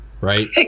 Right